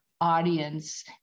audience